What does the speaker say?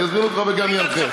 אני אזמין אותך וגם אנחה.